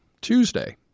Tuesday